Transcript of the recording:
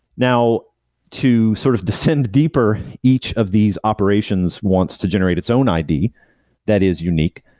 now too sort of descend deeper each of these operations wants to generate its own id that is unique,